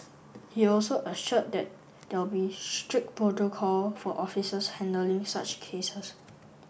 he also assured that there will be strict protocol for officers handling such cases